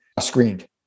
screened